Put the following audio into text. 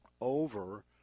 over